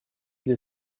для